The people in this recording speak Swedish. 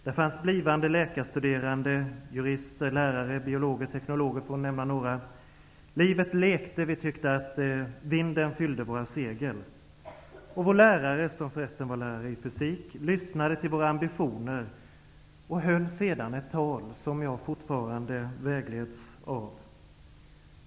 Där fanns blivande läkarstuderande, jurister, lärare, biologer och teknologer -- för att nämna några exempel. Livet lekte, och vi tyckte att vinden fyllde våra segel. Vår lärare, som förresten var lärare i fysik, tog del av våra ambitioner och höll sedan ett tal som jag fortfarande vägleds av.